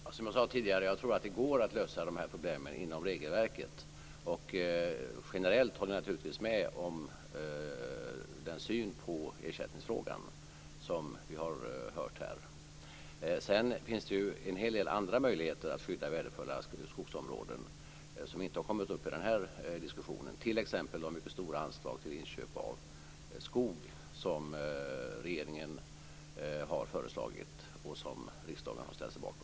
Fru talman! Som jag sade tidigare tror jag att det går att lösa de här problemen inom regelverket. Generellt instämmer jag naturligtvis i den syn på ersättningsfrågan som vi har hört här. Sedan finns det ju en hel del andra möjligheter att skydda värdefulla skogsområden som inte har kommit upp i den här diskussionen, t.ex. de mycket stora anslag till inköp av skog som regeringen har föreslagit och som riksdagen har ställt sig bakom.